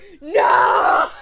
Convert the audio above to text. no